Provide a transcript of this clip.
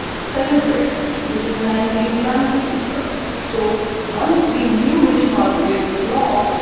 celebrex, which is an anti-inflammatory drug. so once we knew which pathway to block,